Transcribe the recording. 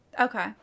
Okay